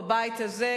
בבית הזה,